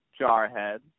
Jarhead